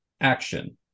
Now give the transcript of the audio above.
action